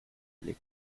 allait